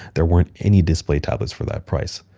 there weren't any display tablets for that price.